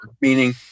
meaning